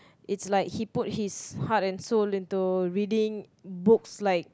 it's like he put his heart and soul into reading books like